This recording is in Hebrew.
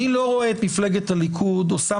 אני לא רואה את מפלגת הליכוד עושה